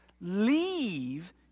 Leave